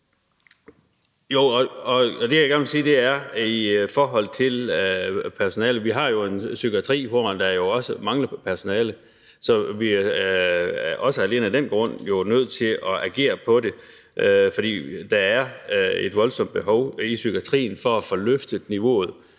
Det, jeg gerne vil sige, handler om personalet. Vi har jo en psykiatri, hvor der også mangler personale, og alene af den grund er vi jo nødt til at agere på det. For der er et voldsomt behov i psykiatrien for at få løftet niveauet.